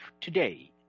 today